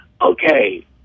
okay